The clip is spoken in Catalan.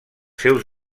seus